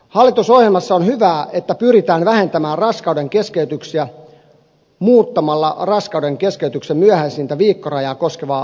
hallitusohjelmassa on hyvää että pyritään vähentämään raskaudenkeskeytyksiä muuttamalla raskaudenkeskeytyksen myöhäisintä viikkorajaa koskevaa lainsäädäntöä